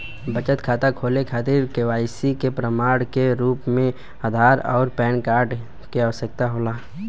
बचत खाता खोले के खातिर केवाइसी के प्रमाण के रूप में आधार आउर पैन कार्ड के आवश्यकता होला